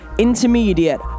intermediate